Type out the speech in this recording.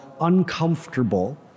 uncomfortable